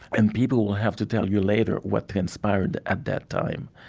and people will have to tell you later what transpired at that time.